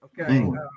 okay